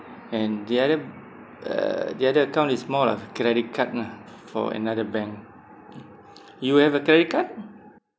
and the other uh the other account is more of credit card lah for another bank you have a credit card